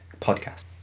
podcast